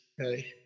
okay